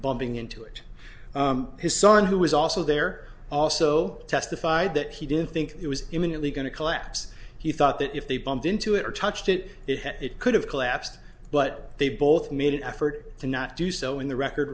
bumping into it his son who was also there also testified that he didn't think it was imminently going to collapse he thought that if they bumped into it or touched it it could have collapsed but they both made an effort to not do so in the record